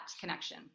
connection